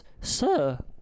Sir